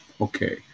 Okay